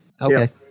Okay